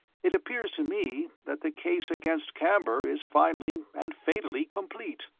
it, appears to me that the case against camber is finally and fatally complete.